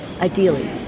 ideally